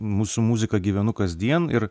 mūsų muzika gyvenu kasdien ir